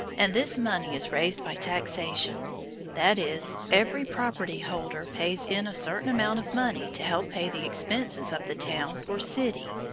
and this money is raised by taxation that is, every property holder pays in a certain amount of money to help pay the expenses of the town or city.